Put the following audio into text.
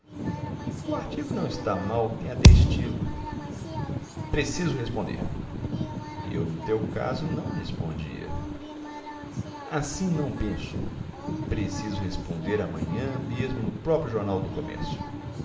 o artigo não está mau tem até estilo preciso responder eu no teu caso não respondia assim não penso preciso responder amanhã mesmo no próprio jornal ao comércio